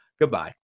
goodbye